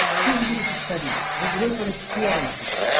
feasibility studies, regulatory clearances,